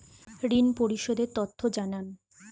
ঋন পরিশোধ এর তথ্য জানান